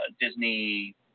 Disney